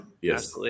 yes